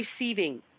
receiving